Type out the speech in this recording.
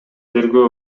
тергөө